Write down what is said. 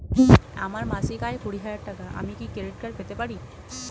আমার মাসিক আয় কুড়ি হাজার টাকা আমি কি ক্রেডিট কার্ড পেতে পারি?